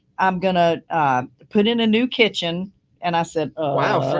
i'm gonna put in a new kitchen and i said, oh wow.